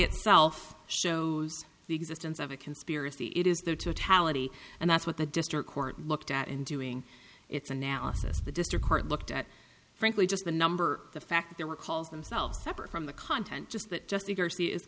itself shows the existence of a conspiracy it is their totality and that's what the district court looked at in doing its analysis the district court looked at frankly just the number the fact there were calls themselves separate from the content just that just because he is